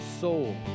soul